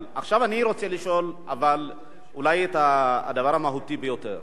אבל עכשיו אני רוצה לשאול אולי את הדבר המהותי ביותר.